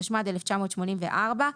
התשמ"ד 1984,